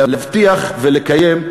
להבטיח ולקיים,